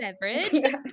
beverage